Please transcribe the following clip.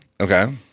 Okay